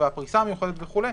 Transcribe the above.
פרישה מיוחדת וכו'.